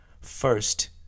first